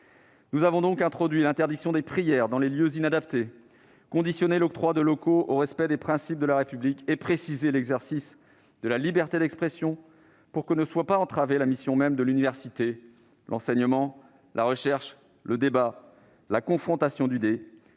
Nous avons donc introduit l'interdiction des prières dans les lieux inadaptés, conditionné l'octroi de locaux au respect des principes de la République, et précisé l'exercice de la liberté d'expression pour que la mission même de l'université- l'enseignement, la recherche, le débat, la confrontation d'idées